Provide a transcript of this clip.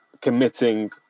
committing